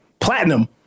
Platinum